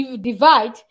divide